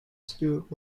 stuart